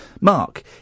Mark